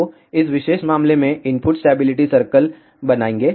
तो इस विशेष मामले में इनपुट स्टेबिलिटी सर्कल बनाएं